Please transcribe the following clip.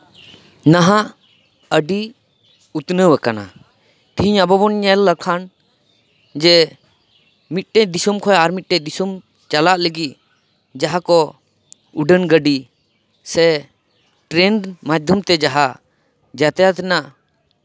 ᱱᱟᱦᱟᱜ ᱟᱹᱰᱤ ᱩᱛᱱᱟᱹᱣ ᱟᱠᱟᱱᱟ ᱛᱮᱦᱤᱧ ᱟᱵᱚ ᱵᱚᱱ ᱧᱮᱞ ᱞᱮᱠᱷᱟᱱ ᱡᱮ ᱢᱤᱫᱴᱮᱱ ᱫᱤᱥᱳᱢ ᱠᱷᱚᱱ ᱟᱨ ᱢᱤᱫᱴᱮᱱ ᱫᱤᱥᱚᱢ ᱪᱟᱞᱟᱜ ᱞᱟᱹᱜᱤᱫ ᱡᱟᱦᱟᱸ ᱠᱚ ᱩᱰᱟᱹᱱ ᱜᱟᱹᱰᱤ ᱥᱮ ᱴᱨᱮᱱ ᱢᱟᱫᱽᱫᱷᱚᱢ ᱛᱮ ᱡᱟᱦᱟᱸ ᱡᱟᱛᱟᱭᱟᱛ ᱨᱮᱱᱟᱜ